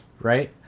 Right